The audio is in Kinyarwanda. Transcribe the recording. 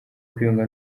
kwiyunga